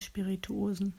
spirituosen